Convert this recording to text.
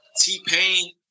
T-Pain